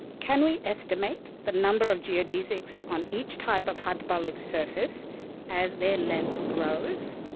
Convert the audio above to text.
can we estimate the number of geodesics on each type of hyperbolic surface as their length grows?